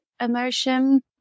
emotion